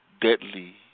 deadly